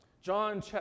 John